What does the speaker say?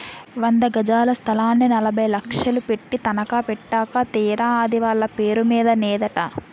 వంద గజాల స్థలాన్ని నలభై లక్షలు పెట్టి తనఖా పెట్టాక తీరా అది వాళ్ళ పేరు మీద నేదట